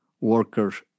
workers